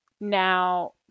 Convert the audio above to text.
Now